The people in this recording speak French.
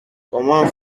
comment